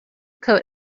coat